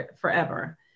forever